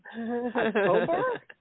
October